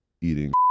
eating